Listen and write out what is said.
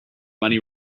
money